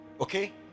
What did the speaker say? okay